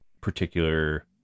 particular